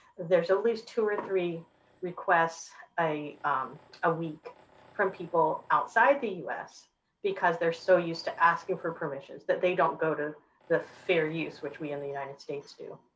there's at least two or three requests a ah week from people outside the us because they're so used to asking for permissions that they don't go to the fair use which we in the united states do.